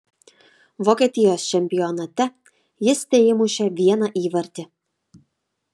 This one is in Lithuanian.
vokietijos čempionate jis teįmušė vieną įvartį